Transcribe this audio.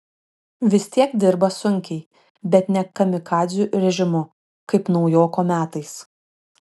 vis tiek dirba sunkiai bet ne kamikadzių režimu kaip naujoko metais